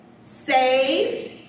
saved